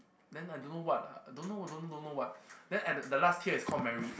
then I don't know what ah don't know don't don't know what then at the last tier is call merit